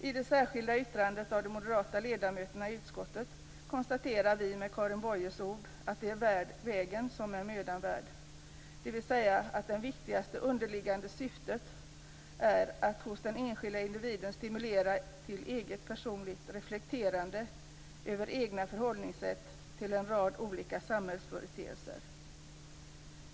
I det särskilda yttrandet av de moderata ledamöterna i utskottet konstaterar vi med Karin Boyes ord att det är vägen om är mödan värd, dvs. att det viktigaste, underliggande syftet är att hos den enskilda individen stimulera till eget personligt reflekterande över det egna förhållningssättet till en rad olika samhällsföreteelser.